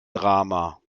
drama